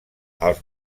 els